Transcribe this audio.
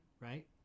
right